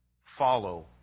follow